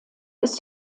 ist